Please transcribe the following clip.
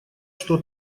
что